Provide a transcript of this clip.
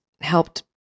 helped